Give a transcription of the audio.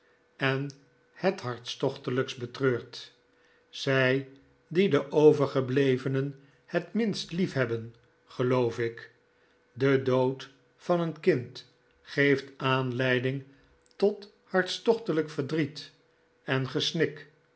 en het hartstochtelijkst betreurd zij die de overgeblevenen het minst liefhebben geloof ik de dood van een kind geeft aanleiding tot hartstochtelijk verdriet en gesnik